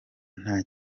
nta